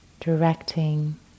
Directing